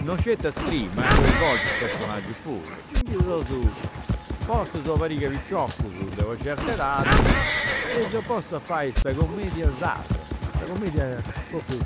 Non sceti a scriri ma a coinvolgi is personaggius puru, e quindi si seus, una pariga de piciocus, de una certa edadi e si seus postus a fai sa cumedia sarda, sa cumedia propriu,